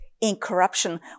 incorruption